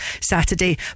Saturday